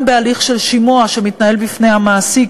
גם בהליך של שימוע שמתנהל בפני המעסיק,